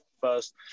first